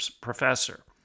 professor